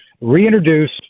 reintroduce